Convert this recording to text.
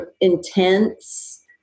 intense